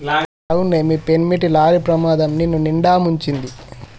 అవునే మీ పెనిమిటి లారీ ప్రమాదం నిన్నునిండా ముంచింది